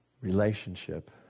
Relationship